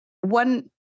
one